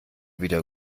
wieder